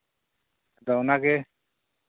ᱟᱫᱚ ᱚᱱᱟ ᱜᱮ